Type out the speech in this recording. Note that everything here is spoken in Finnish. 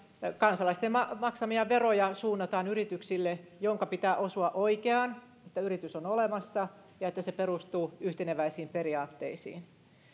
kansalaisten maksamia veroja suunnataan yrityksille jonka pitää osua oikeaan siinä että yritys on olemassa ja että se perustuu yhteneväisiin periaatteisiin